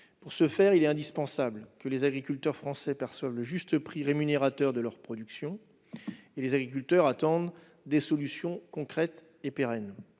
Pour ce faire, il est indispensable que les agriculteurs français perçoivent le juste prix rémunérateur de leur production. Les agriculteurs attendent des solutions concrètes et pérennes.